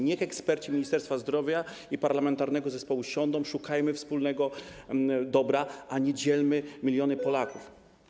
Niech eksperci Ministerstwa Zdrowia i parlamentarnego zespołu siądą, szukajmy wspólnego dobra, a nie dzielmy miliony Polaków.